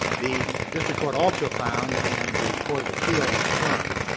the district court also found, and the court of appeals affirmed,